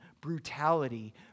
brutality